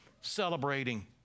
celebrating